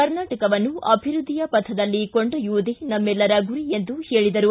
ಕರ್ನಾಟಕವನ್ನು ಅಭಿವೃದ್ಧಿಯ ಪಥದಲ್ಲಿ ಕೊಂಡೊಯ್ಯುವುದೇ ನಮ್ಮೆಲ್ಲರ ಗುರಿ ಎಂದು ಹೇಳಿದರು